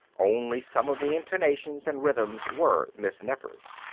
only some of the intonations and rhythms were miss nefer's.